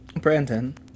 brandon